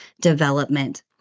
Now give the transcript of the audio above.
development